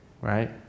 right